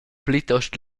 plitost